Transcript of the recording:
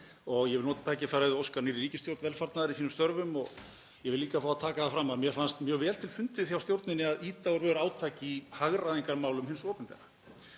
Ég vil nota tækifærið og óska nýrri ríkisstjórn velfarnaðar í sínum störfum og ég vil líka fá að taka það fram að mér fannst mjög vel til fundið hjá stjórninni að ýta úr vör átaki í hagræðingarmálum hins opinbera.